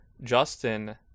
Justin